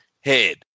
head